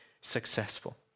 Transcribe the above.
successful